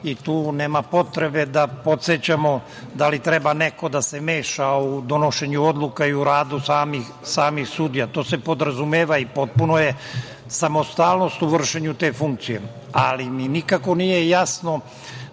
i tu nema potrebe da podsećamo da li treba neko da se meša u donošenje odluka i u rad samih sudija, to se podrazumeva, samostalnost u vršenju te funkcije. Nikako mi nije jasno